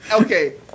okay